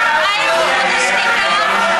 הם שאלו שאלות שהם לא היו צריכים לשאול.